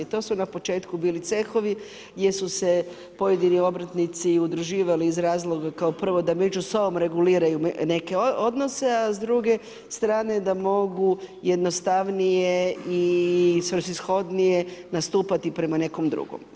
To su na početku bili cehovi jer su se pojedini obrtnici udruživali iz razloga kao prvo, da među sobom reguliraju neke odnose, a s druge strane da mogu jednostavnije i svrsishodnije nastupati prema nekom drugom.